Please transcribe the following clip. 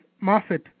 Moffat